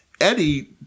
Eddie